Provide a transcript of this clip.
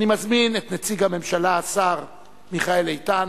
אני מזמין את נציג הממשלה, השר מיכאל איתן,